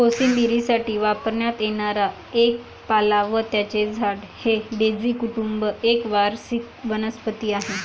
कोशिंबिरीसाठी वापरण्यात येणारा एक पाला व त्याचे झाड हे डेझी कुटुंब एक वार्षिक वनस्पती आहे